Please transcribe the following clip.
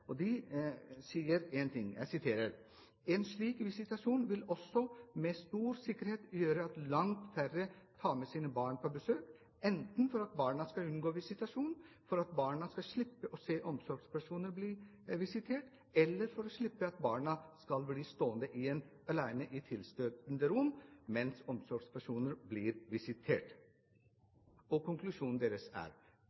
stor sikkerhet gjøre at langt færre tar med sine barn på besøk, enten for at barna skal unngå visitasjon, for at barna skal slippe å se omsorgspersoner bli visitert eller for å slippe at barna skal bli stående igjen alene i tilstøtende rom mens omsorgspersonene blir visitert.»